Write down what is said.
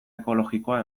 ekologikoa